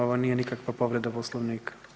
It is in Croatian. Ovo nije nikakva povreda Poslovnika.